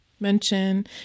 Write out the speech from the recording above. mention